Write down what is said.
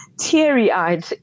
teary-eyed